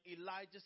Elijah